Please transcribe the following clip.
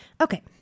Okay